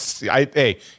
Hey